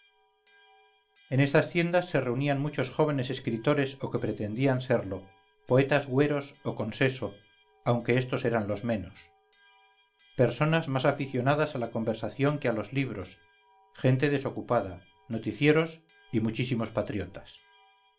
en estas tiendas se reunían muchos jóvenes escritores o que pretendían serlo poetas hueros o con seso aunque estos eran los menos personas más aficionadas a la conversación que a los libros gente desocupada noticieros y muchísimos patriotas